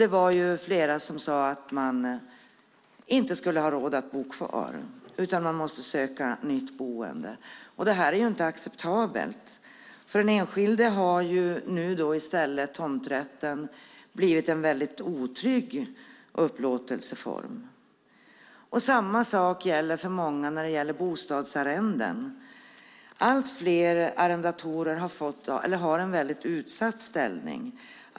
Det var flera som sade att de inte skulle ha råd att bo kvar utan måste söka nytt boende. Det är inte acceptabelt. Nu har tomträtten blivit en väldigt otrygg upplåtelseform för den enskilde. Samma sak gäller i många fall bostadsarrenden. Allt fler arrendatorer befinner sig i en väldigt utsatt ställning.